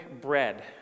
bread